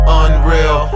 unreal